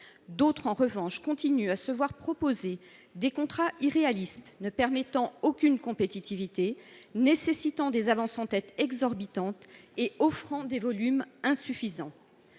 D’autres, en revanche, continuent de se voir proposer des contrats irréalistes, n’assurant aucune compétitivité, nécessitant des avances en tête exorbitantes et offrant des volumes insuffisants.